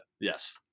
Yes